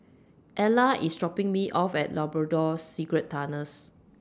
Ellar IS dropping Me off At Labrador Secret Tunnels